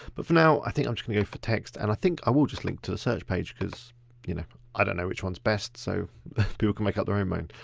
but for now, i think i'm just gonna go for text and i think i will just link to the search page because you know i don't know which one's best so people can make up their own mind.